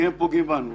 כי הם פוגעים בניו.